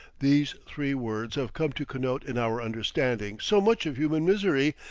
these three words have come to connote in our understanding so much of human misery,